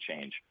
change